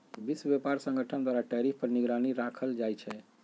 विश्व व्यापार संगठन द्वारा टैरिफ पर निगरानी राखल जाइ छै